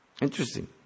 Interesting